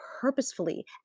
purposefully